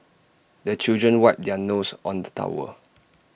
the children wipe their noses on the towel